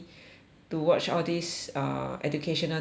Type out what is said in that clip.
to watch all these uh educational things